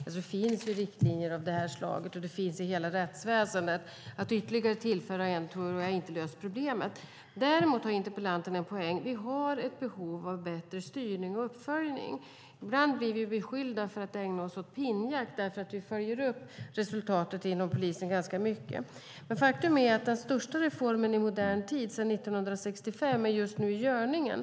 Det finns ju riktlinjer av det här slaget. Det finns i hela rättsväsendet. Att tillföra ytterligare en tidsgräns tror jag inte löser problemet. Däremot har interpellanten en poäng i att vi har ett behov av bättre styrning och uppföljning. Ibland blir vi beskyllda för att ägna oss åt pinnjakt, därför att vi följer upp resultatet inom polisen ganska mycket, men faktum är att den största reformen i modern tid, sedan 1965, är just nu i görningen.